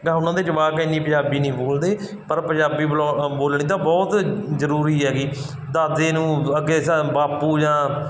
ਅਗਾਂਹ ਉਹਨਾਂ ਦੇ ਜਵਾਕ ਇੰਨੀ ਪੰਜਾਬੀ ਨਹੀਂ ਬੋਲਦੇ ਪਰ ਪੰਜਾਬੀ ਬਲੋ ਬੋਲਣੀ ਤਾਂ ਬਹੁਤ ਜ਼ਰੂਰੀ ਹੈਗੀ ਦਾਦੇ ਨੂੰ ਅੱਗੇ ਸਾ ਬਾਪੂ ਜਾਂ